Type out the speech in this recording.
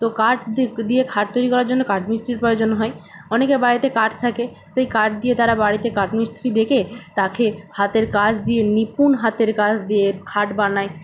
তো কাঠ দিয়ে খাট তৈরি করার জন্য কাঠমিস্ত্রির প্রয়োজন হয় অনেকের বাড়িতে কাঠ থাকে সেই কাঠ দিয়ে তারা বাড়িতে কাঠমিস্ত্রি ডেকে তাকে হাতের কাজ দিয়ে নিপুণ হাতের কাজ দিয়ে খাট বানায়